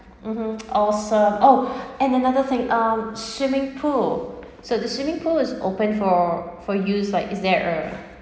(uh huh) awesome oh and another thing um swimming pool so the swimming pool is opened for for use right is there a